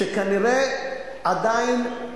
שכנראה עדיין,